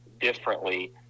differently